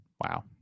wow